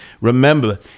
Remember